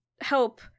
help